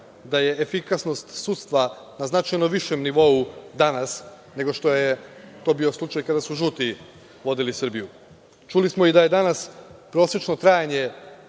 da je efikasnost sudstva na značajno višem nivou danas, nego što je to bio slučaj kada su žuti vodili Srbiju. Čuli smo i da je danas prosečno trajanje